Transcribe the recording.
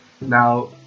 Now